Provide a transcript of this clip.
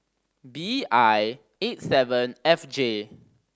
B I eight seven F J